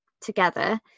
together